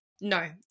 no